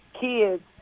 kids